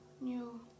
new